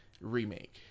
remake